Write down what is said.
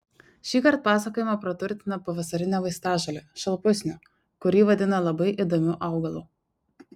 šįkart pasakojimą praturtina pavasarine vaistažole šalpusniu kurį vadina labai įdomiu augalu